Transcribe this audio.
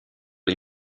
les